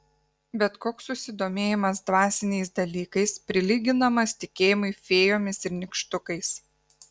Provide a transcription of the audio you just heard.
bet koks susidomėjimas dvasiniais dalykais prilyginamas tikėjimui fėjomis ir nykštukais